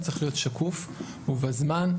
צריך להיות שקוף ובזמן,